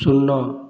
ଶୂନ